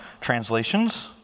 translations